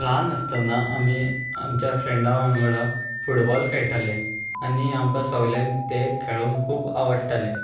ल्हान आसतना आमी आमच्या फ्रेंडा वांगडा फुटबॉल खेळटाले आनी आमकां सोगल्यांक तें खेळूंक खूब आवडटाले